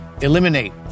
eliminate